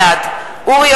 בעד אורי